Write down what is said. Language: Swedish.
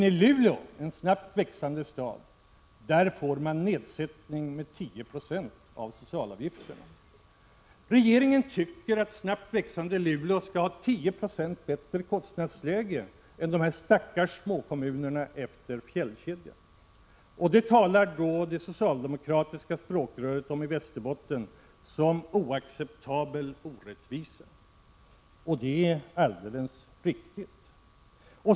I Luleå, en snabbt växande stad, får man däremot nedsättning med 10 96 av socialavgifterna. Regeringen tycker att det snabbt växande Luleå skall ha 10 92 bättre kostnadsläge än de stackars små kommunerna utefter fjällkedjan. Detta omtalar då det socialdemokratiska språkröret i Västerbotten som en oacceptabel orättvisa — det är alldeles riktigt.